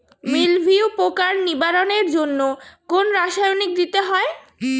মিলভিউ পোকার নিবারণের জন্য কোন রাসায়নিক দিতে হয়?